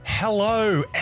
Hello